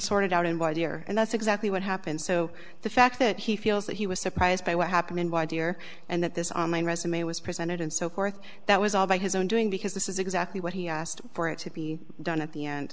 it out and why they are and that's exactly what happened so the fact that he feels that he was surprised by what happened and why dear and that this on my resume was presented and so forth that was all by his own doing because this is exactly what he asked for it to be done at the end